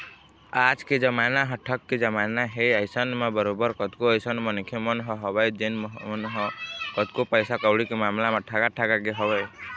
आज के जमाना ह ठग के जमाना हे अइसन म बरोबर कतको अइसन मनखे मन ह हवय जेन मन ह कतको पइसा कउड़ी के मामला म ठगा ठगा गे हवँय